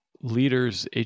leaders